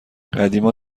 قدیما